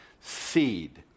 seed